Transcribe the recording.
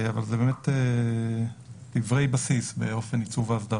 אבל זה דברי בסיס באופן עיצוב האסדרה.